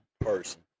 person